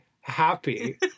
happy